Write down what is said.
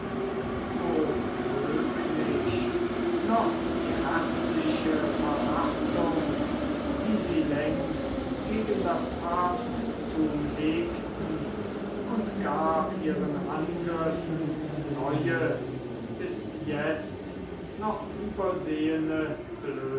wo möglich noch die herzliche verachtung die sie längst gegen das papstthum hegten und gab ihren angriffen neue bis jetzt noch übersehene blößen